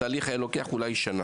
התהליך היה לוקח אולי שנה.